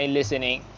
listening